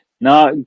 No